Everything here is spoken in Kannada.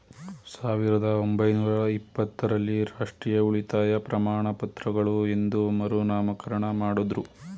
ಸಾವಿರದ ಒಂಬೈನೂರ ಇಪ್ಪತ್ತ ರಲ್ಲಿ ರಾಷ್ಟ್ರೀಯ ಉಳಿತಾಯ ಪ್ರಮಾಣಪತ್ರಗಳು ಎಂದು ಮರುನಾಮಕರಣ ಮಾಡುದ್ರು